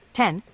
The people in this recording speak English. ten